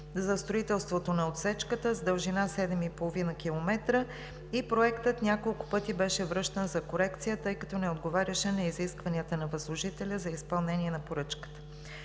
за строителството на отсечката с дължина 7,5 км и Проектът няколко пъти беше връщан за корекция, тъй като не отговаряше на изискванията на възложителя за изпълнение на поръчката.